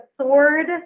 sword